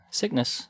sickness